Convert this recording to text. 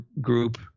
group